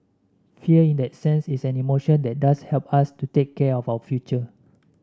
fear in that sense is an emotion that does help us to take care of our future